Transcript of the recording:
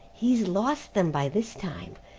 he's lost them by this time.